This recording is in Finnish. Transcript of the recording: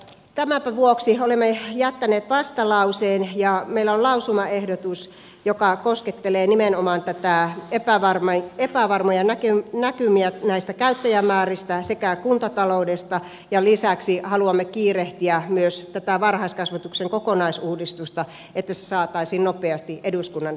tämänpä vuoksi olemme jättäneet vastalauseen ja meillä on lausumaehdotus joka koskettelee nimenomaan näitä epävarmoja näkymiä näistä käyttäjämääristä sekä kuntataloudesta ja lisäksi haluamme kiirehtiä myös tätä varhaiskasvatuksen kokonaisuudistusta että se saataisiin nopeasti eduskunnan käsiteltäväksi